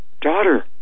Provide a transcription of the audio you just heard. daughter